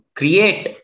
create